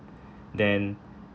then